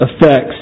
effects